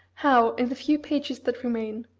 how, in the few pages that remain,